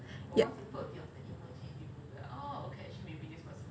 yup